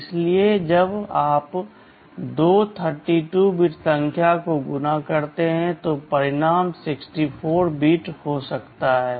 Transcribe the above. इसलिए जब आप दो 32 बिट संख्या को गुणा करते हैं तो परिणाम अधिकतम 64 बिट हो सकता है